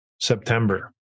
September